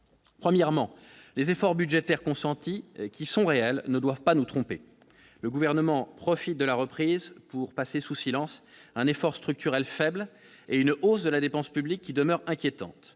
premièrement les efforts budgétaires consentis, qui sont réelles, ne doivent pas nous tromper le gouvernement profite de la reprise pour passer sous silence un effort structurel Faible et une hausse de la dépense publique qui demeure inquiétante,